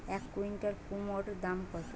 এক কুইন্টাল কুমোড় দাম কত?